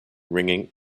ringing